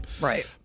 Right